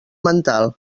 mental